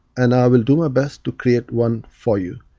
and i will do my best to create one for you.